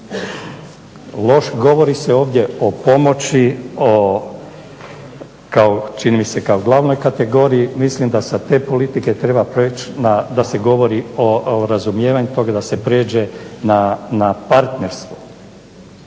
Govori se ovdje o pomoći čini mi se kao glavnoj kategoriji. Mislim da sa te politike treba prijeći da se govori o razumijevanju toga da se prijeđe na partnerstvo